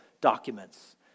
documents